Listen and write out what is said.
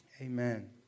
Amen